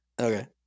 okay